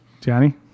Johnny